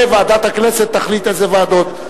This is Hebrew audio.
וועדת הכנסת תחליט איזה ועדות.